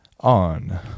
on